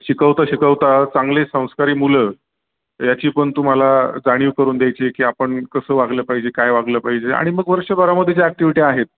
शिकवता शिकवता चांगले संस्कारी मुलं याची पण तुम्हाला जाणीव करून द्यायची आहे की आपण कसं वागलं पाहिजे काय वागलं पाहिजे आणि मग वर्षभरामध्येे ज्या ॲक्िविटी आहेत